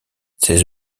ces